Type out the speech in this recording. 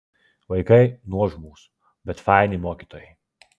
vaikai nuožmūs bet faini mokytojai